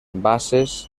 basses